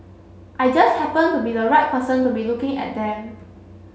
I just happened to be the right person to be looking at them